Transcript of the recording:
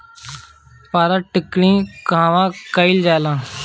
पारद टिक्णी कहवा कयील जाला?